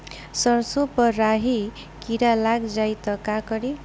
सरसो पर राही किरा लाग जाई त का करी?